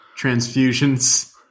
transfusions